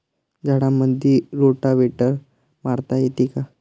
झाडामंदी रोटावेटर मारता येतो काय?